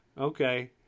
Okay